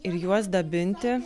ir juos dabinti